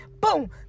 boom